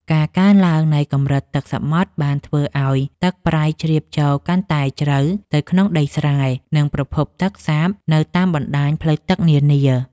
ការកើនឡើងនៃកម្រិតទឹកសមុទ្របានធ្វើឱ្យទឹកប្រៃជ្រាបចូលកាន់តែជ្រៅទៅក្នុងដីស្រែ និងប្រភពទឹកសាបនៅតាមបណ្ដាញផ្លូវទឹកនានា។